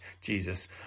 Jesus